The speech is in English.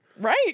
Right